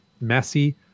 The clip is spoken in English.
messy